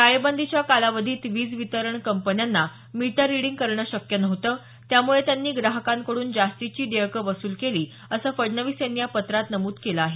टाळेबंदीच्या कालावधीत वीज वितरण कंपन्यांना मीटर रिडिंग करणं शक्य नव्हतं त्यामुळं त्यांनी ग्राहकांकडून जास्तीचं देयक वसूल केलं असं फडणवीस यांनी या पत्रात नमूद केलं आहे